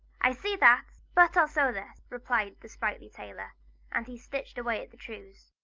i see that, but i'll sew this! replied the sprightly tailor and he stitched away at the trews.